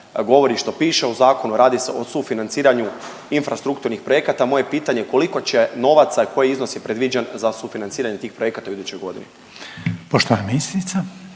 govori i što piše u zakonu, a radi se o sufinanciranju infrastrukturnih projekata. Moje pitanje koliko će novaca i koji iznos je predviđen za sufinanciranje tih projekata u idućoj godini? **Reiner,